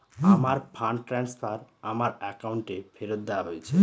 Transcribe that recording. আমার fund transfer আমার অ্যাকাউন্টে ফেরত দেওয়া হয়েছে